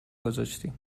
گذاشتی